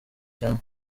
cyane